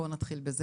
בוא נתחיל בזה,